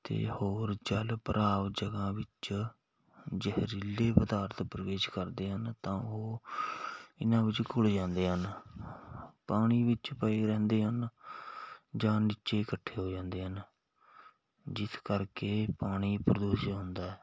ਅਤੇ ਹੋਰ ਜਲ ਭਰਾਵ ਜਗਾ ਵਿੱਚ ਜ਼ਹਿਰੀਲੇ ਪਦਾਰਥ ਪ੍ਰਵੇਸ਼ ਕਰਦੇ ਹਨ ਤਾਂ ਉਹ ਇਹਨਾਂ ਵਿੱਚ ਘੁਲ ਜਾਂਦੇ ਹਨ ਪਾਣੀ ਵਿੱਚ ਪਏ ਰਹਿੰਦੇ ਹਨ ਜਾਂ ਨੀਚੇ ਇਕੱਠੇ ਹੋ ਜਾਂਦੇ ਹਨ ਜਿਸ ਕਰਕੇ ਪਾਣੀ ਪ੍ਰਦੂਸ਼ਿਤ ਹੁੰਦਾ